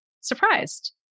surprised